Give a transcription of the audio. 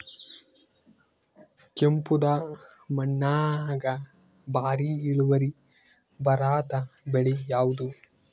ಕೆಂಪುದ ಮಣ್ಣಾಗ ಭಾರಿ ಇಳುವರಿ ಬರಾದ ಬೆಳಿ ಯಾವುದು?